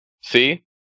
See